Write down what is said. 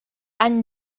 any